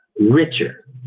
richer